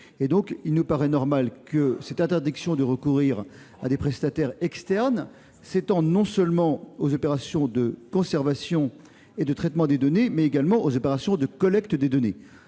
pourquoi il nous paraît normal que l'interdiction de recourir à des prestataires externes s'étende non seulement aux opérations de conservation et de traitement des données, mais encore aux opérations de collecte.